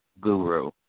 Guru